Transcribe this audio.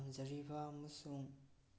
ꯇꯝꯖꯔꯤꯕ ꯑꯃꯁꯨꯡ